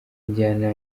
injyana